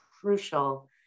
crucial